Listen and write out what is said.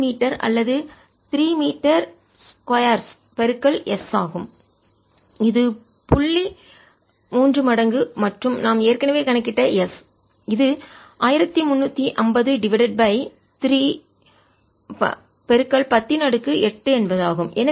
3 meter அல்லது 3 meter 2 S ஆகும் இது புள்ளி 3 மடங்கு மற்றும் நாம் ஏற்கனவே கணக்கிட்ட S இது 1350 டிவைடட் பை 3 10 8 என்பதாகும்